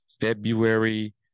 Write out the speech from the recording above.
February